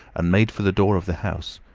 and made for the door of the house.